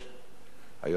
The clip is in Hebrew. היוצא והנכנס,